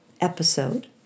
episode